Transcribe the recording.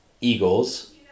Eagles